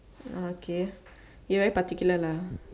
okay you very particular lah